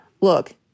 look